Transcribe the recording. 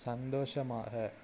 சந்தோஷமாக